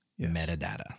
metadata